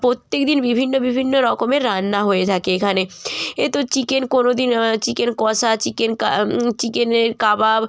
প্রত্যেক দিন বিভিন্ন বিভিন্ন রকমের রান্না হয়ে থাকে এখানে এ তো চিকেন কোনো দিন চিকেন কষা চিকেন কা চিকেনের কাবাব